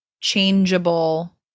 changeable